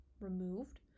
removed